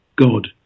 God